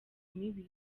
mibi